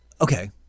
Okay